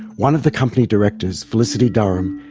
one of the company directors, felicity durham,